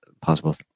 possible